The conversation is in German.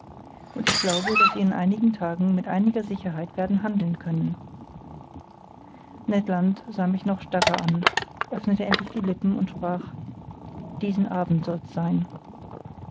und ich glaube daß sie in einigen tagen mit einiger sicherheit werden handeln können ned land sah mich noch starrer an öffnete endlich die lippen und sprach diesen abend soll's sein